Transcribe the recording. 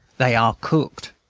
they are cooked.